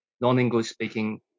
non-English-speaking